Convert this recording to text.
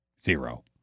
zero